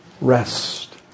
rest